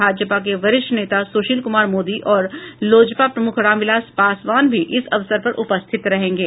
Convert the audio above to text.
भाजपा के वरिष्ठ नेता सुशील कुमार मोदी और लोजपा प्रमुख रामविलास पासवान भी इस अवसर पर उपस्थित रहेंगे